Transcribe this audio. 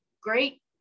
great